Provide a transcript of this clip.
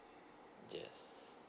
yes